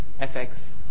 FX